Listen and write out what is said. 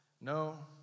No